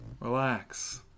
Relax